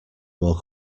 more